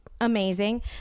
amazing